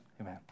Amen